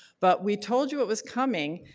but we told you it was coming